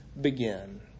begin